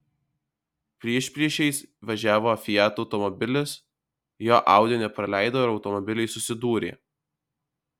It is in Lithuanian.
priešpriešiais važiavo fiat automobilis jo audi nepraleido ir automobiliai susidūrė